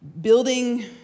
Building